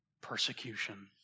persecution